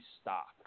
stop